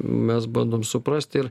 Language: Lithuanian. mes bandom suprasti ir